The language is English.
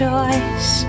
choice